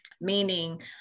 meaning